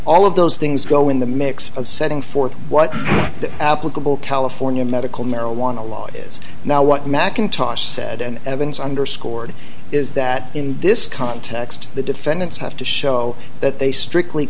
all of those things go in the mix of setting forth what the applicable california medical marijuana law is now what mcintosh said and evans underscored is that in this context the defendants have to show that they strictly